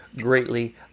greatly